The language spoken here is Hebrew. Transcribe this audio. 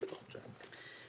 בתוך חודשיים.